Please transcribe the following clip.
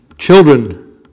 Children